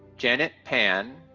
janet pan,